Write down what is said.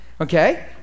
Okay